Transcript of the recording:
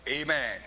Amen